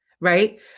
Right